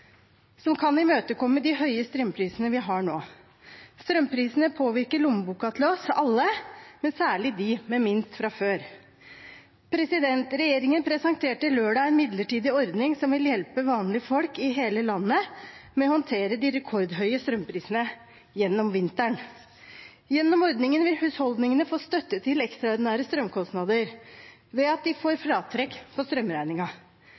som kan imøtekomme de høye strømprisene vi har nå. Strømprisene påvirker lommeboken til oss alle, men særlig dem med minst fra før. Regjeringen presenterte lørdag en midlertidig ordning som vil hjelpe vanlige folk i hele landet med å håndtere de rekordhøye strømprisene gjennom vinteren. Gjennom ordningen vil husholdningene få støtte til ekstraordinære strømkostnader ved at de får fratrekk på